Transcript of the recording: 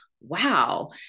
wow